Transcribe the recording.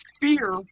fear